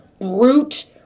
brute